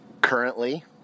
currently